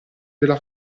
della